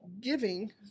giving